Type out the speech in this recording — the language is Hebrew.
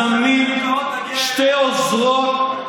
ומזמנים שתי עוזרות